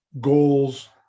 goals